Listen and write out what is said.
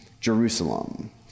Jerusalem